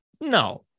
no